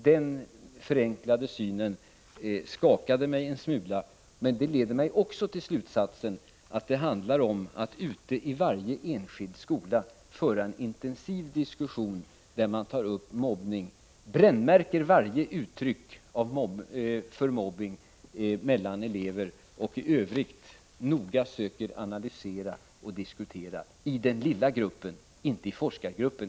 Denna förenklade syn skakade mig en smula. Men det leder mig också till slutsatsen att det handlar om att man ute i varje enskild skola måste föra en intensiv diskussion där man tar upp mobbning och brännmärker varje uttryck för mobbning mellan elever och att man i övrigt noga söker analysera och diskutera i den lilla gruppen, inte enbart i forskargruppen.